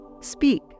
Speak